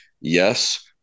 Yes